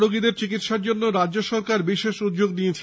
corona রোগীদের চিকিৎসার জন্য রাজ্য সরকার বিশেষ উদ্যোগ নিয়েছে